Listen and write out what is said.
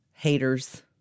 Haters